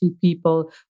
people